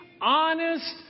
honest